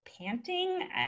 panting